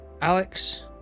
alex